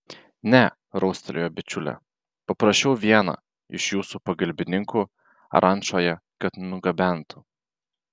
ne raustelėjo bičiulė paprašiau vieną iš jūsų pagalbininkų rančoje kad nugabentų